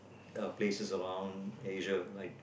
uh places around Asia like